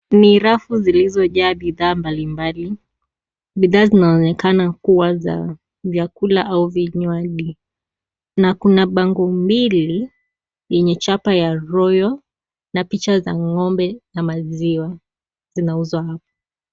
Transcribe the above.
Ni rafu zilizojaa bidhaa mbali mbali. Bidhaa zinaonekana kuwa za vyakula au vinywaji na kuna bango mbili yenye chapa ya royo na picha za ngombe na maziwa zinauzwa hapo.